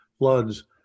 floods